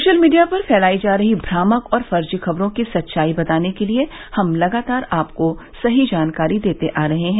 social media पर फैलाई जा रही भ्रामक और फर्जी खबरों की सच्चाई बताने के लिए हम लगातार आपको सही जानकारी देते आ रहे हैं